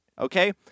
okay